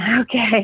Okay